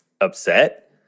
upset